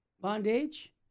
bondage